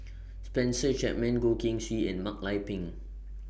Spencer Chapman Goh Keng Swee and Mak Lai Peng